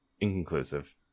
Inconclusive